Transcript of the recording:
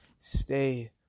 stay